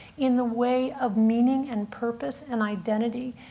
in the way of meaning and purpose and identity.